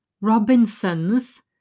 Robinsons